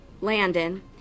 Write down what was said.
Landon